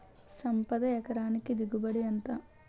సంపద ఎకరానికి దిగుబడి ఎంత?